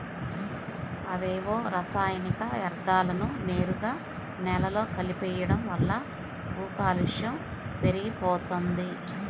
అవేవో రసాయనిక యర్థాలను నేరుగా నేలలో కలిపెయ్యడం వల్ల భూకాలుష్యం పెరిగిపోతంది